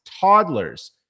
toddlers